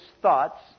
thoughts